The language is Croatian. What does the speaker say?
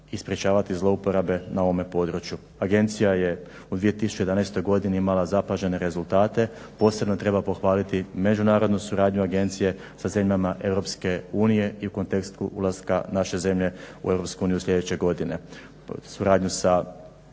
i sprječavati zloupotrebe na ovome području. Agencija je u 2011. godini imala zapažene rezultate. Posebno treba pohvaliti međunarodnu suradnju agencije sa zemljama Europske unije i u kontekstu ulaska naše zemlje u Europsku uniju sljedeće godine,